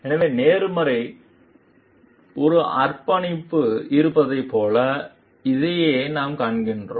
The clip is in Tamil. எனவே நேர்மைக்கு ஒரு அர்ப்பணிப்பு இருப்பதைப் போல இதையே நாம் காண்கிறோம்